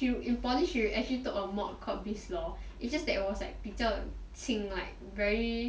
in poly she already took a mod called business law it's just that it was like 比较轻 like very